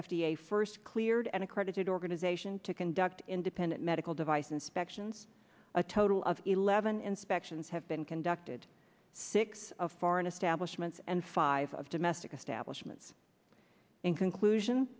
a first cleared an accredited organization to conduct independent medical device inspections a total of eleven inspections have been conducted six of foreign establishment and five of domestic establishments in conclusion